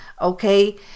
Okay